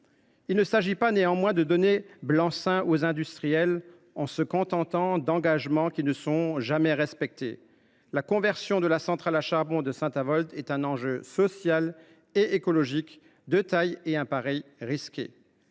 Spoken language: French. Il ne s’agit pas pour autant de donner un blanc seing aux industriels, en se contentant d’engagements qui ne seraient pas respectés. La conversion de la centrale à charbon de Saint Avold est un enjeu social et écologique de taille et un pari risqué.